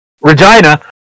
Regina